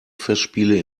festspiele